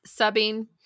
subbing